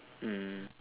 mm